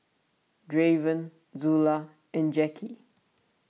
Draven Zula and Jackie